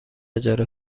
اجاره